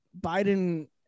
Biden